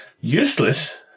Useless